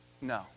No